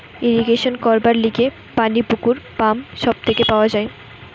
irrigation করবার লিগে পানি পুকুর, পাম্প সব থেকে পাওয়া যায়